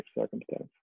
circumstance